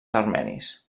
armenis